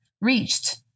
reached